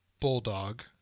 Bulldog